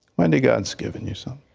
when the guns given you so.